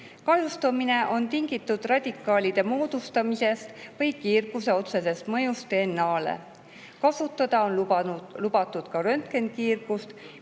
Kahjustumine on tingitud radikaalide moodustumisest või kiirguse otseset mõjust DNA-le. Kasutada on lubatud ka röntgenikiirgust,